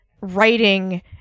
writing